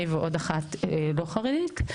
אני ועוד אחת לא חרדית,